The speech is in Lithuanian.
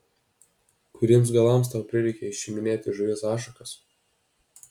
kuriems galams tau prireikė išiminėti žuvies ašakas